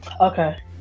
Okay